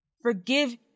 Forgive